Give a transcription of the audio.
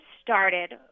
started